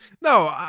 No